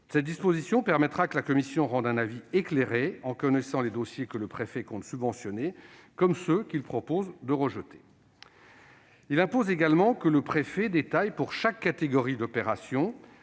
Cette disposition permettra que la commission rende un avis éclairé, en connaissant les dossiers que le préfet compte subventionner comme ceux qu'il propose de rejeter. Il impose également que le préfet détaille pour chaque catégorie d'opérations